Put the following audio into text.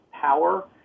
power